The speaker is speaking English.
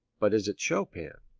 but is it chopin?